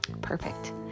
Perfect